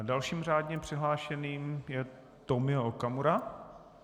Dalším řádně přihlášeným je Tomio Okamura.